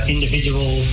Individual